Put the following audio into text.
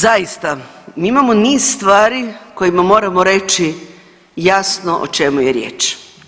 Zaista imamo niz stvari kojima moramo reći jasno o čemu je riječ.